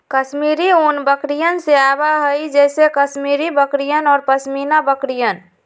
कश्मीरी ऊन बकरियन से आवा हई जैसे कश्मीरी बकरियन और पश्मीना बकरियन